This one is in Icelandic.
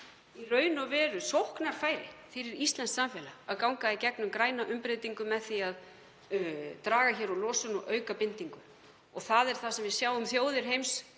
í raun og veru sóknarfæri fyrir íslenskt samfélag að ganga í gegnum græna umbreytingu með því að draga úr losun og auka bindingu. Það er það sem við sjáum þjóðir heims